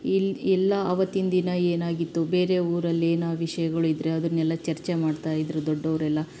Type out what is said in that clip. ಇಲ್ಲಿ ಎಲ್ಲ ಅವತ್ತಿನ ದಿನ ಏನಾಗಿತ್ತು ಬೇರೆ ಊರಲ್ಲಿ ಏನೋ ವಿಷ್ಯಗಳ್ ಇದ್ದರೆ ಅದನ್ನೆಲ್ಲ ಚರ್ಚೆ ಮಾಡ್ತಾ ಇದ್ದರು ದೊಡ್ಡವ್ರೆಲ್ಲ